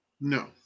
No